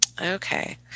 okay